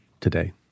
today